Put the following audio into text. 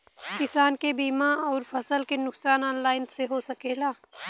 किसान के बीमा अउर फसल के नुकसान ऑनलाइन से हो सकेला?